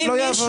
לא יעזור.